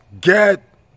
get